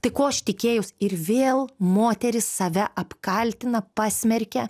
tai ko aš tikėjaus ir vėl moteris save apkaltina pasmerkia